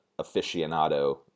aficionado